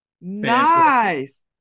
Nice